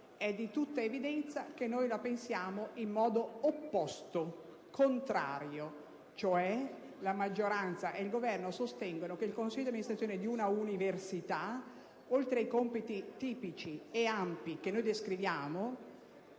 è di tutta evidenza che loro la pensano in modo opposto e contrario. La maggioranza e il Governo sostengono cioè che il consiglio di amministrazione di una università, oltre ai compiti tipici e ampi che noi descriviamo,